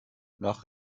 nach